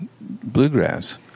bluegrass